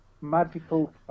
magical